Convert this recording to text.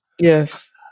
Yes